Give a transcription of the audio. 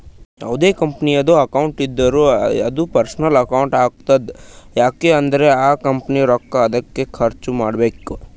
ಯಾವ್ದೇ ಕಂಪನಿದು ಅಕೌಂಟ್ ಇದ್ದೂರ ಅದೂ ಪರ್ಸನಲ್ ಅಕೌಂಟ್ ಆತುದ್ ಯಾಕ್ ಅಂದುರ್ ಕಂಪನಿದು ರೊಕ್ಕಾ ಅದ್ಕೆ ಖರ್ಚ ಮಾಡ್ಬೇಕು